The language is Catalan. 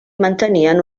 mantenien